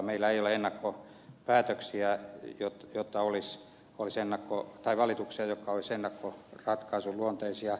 meillä ei ole valituksia jotka taulis olisi ennakkoon tai valituksen jo olisivat ennakkoratkaisun luonteisia